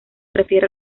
refiere